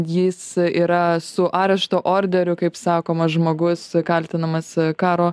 jis yra su arešto orderiu kaip sakoma žmogus kaltinamas karo